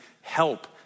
help